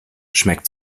schmeckt